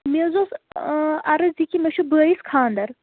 مےٚ حظ اوس عرض یہِ کہِ مےٚ چھُ بٲیِس خانٛدر